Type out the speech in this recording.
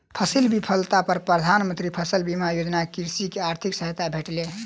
फसील विफलता पर प्रधान मंत्री फसल बीमा योजना सॅ कृषक के आर्थिक सहायता भेटलै